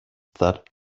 thud